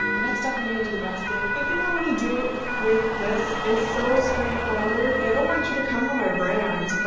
next up i'm gonna do the basket. the thing i want to do with this is so straightforward but i don't want you to come for my brand, but,